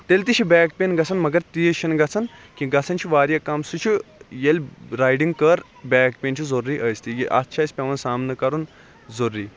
تیٚلہِ تہِ چھِ بیک پین گَژھان مگر تیٖژ چھَ نہٕ گَژھان کینٛہہ گَژھان چھِ واریاہ کم سُہ چھُ ییٚلہِ رایڈِنٛگ کٔر بیک پین چھِ ضروری ٲستھٕے اتھ چھُ اَسہ پیٚوان سامنہٕ کَرُن ضروری